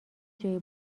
جای